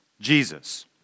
Jesus